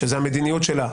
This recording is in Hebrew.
שזאת המדיניות שלה,